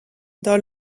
dans